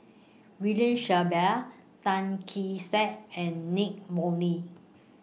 William Shellabear Tan Kee Sek and Nicky Moey